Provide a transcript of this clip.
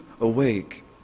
awake